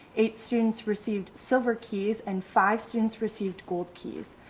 eight students received silver keys and five students received gold keys.